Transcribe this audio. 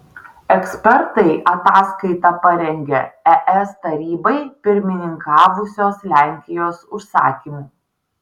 ekspertai ataskaitą parengė es tarybai pirmininkavusios lenkijos užsakymu